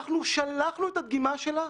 אנחנו שלחנו את הדגימה שלה.